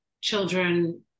children